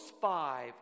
five